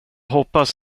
hoppas